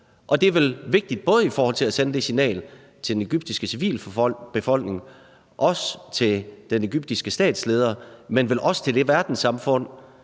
det er vel vigtigt, både i forhold til at sende det signal til den egyptiske civilbefolkning og den egyptiske statsleder, men vel også til det verdenssamfund,